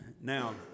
Now